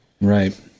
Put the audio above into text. Right